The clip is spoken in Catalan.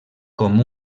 com